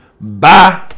Bye